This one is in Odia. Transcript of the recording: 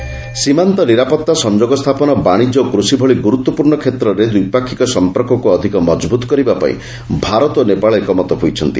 ଇଣ୍ଡିଆ ନେପାଳ ସୀମାନ୍ତ ନିରାପତ୍ତା ସଂଯୋଗ ସ୍ଥାପନ ବାଣିଜ୍ୟ ଓ କୃଷି ଭଳି ଗୁରୁତ୍ୱପୂର୍ଣ୍ଣ କ୍ଷେତ୍ରରେ ଦ୍ୱିପାକ୍ଷିକ ସଂପର୍କକୁ ଅଧିକ ମଜବୁତ୍ କରିବା ପାଇଁ ଭାରତ ଓ ନେପାଳ ଏକମତ ହୋଇଛନ୍ତି